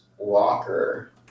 Walker